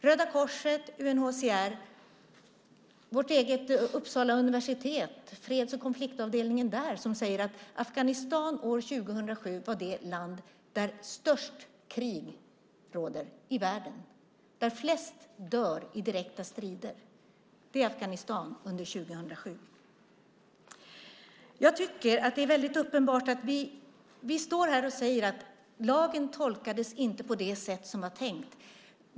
Röda Korset, UNHCR och freds och konfliktavdelningen på vårt eget Uppsalauniversitet säger att år 2007 var Afghanistan det land där mest krig råder i världen och där flest dör i direkta strider. Vi står här och säger att lagen inte tolkades på det sätt som var tänkt.